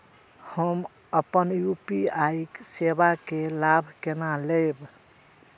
हम अपन यू.पी.आई सेवा के लाभ केना लैब?